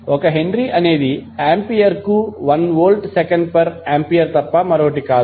1 henry అనేది ఆంపియర్కు 1 volt second per ampere తప్ప మరొకటి కాదు